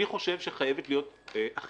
אני חושב שחייבת להיות אכיפה